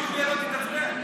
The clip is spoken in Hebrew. שיוליה לא תתעצבן.